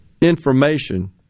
information